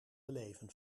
beleven